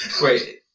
Wait